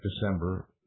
December